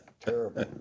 Terrible